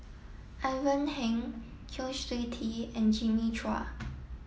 Ivan Heng Kwa Siew Tee and Jimmy Chua